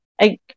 I-